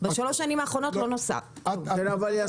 בשלוש השנים האחרונות לא נוספו עובדים.